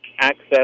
access